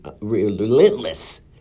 relentless